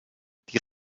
die